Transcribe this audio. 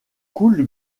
coule